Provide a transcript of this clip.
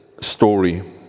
story